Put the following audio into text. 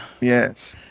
Yes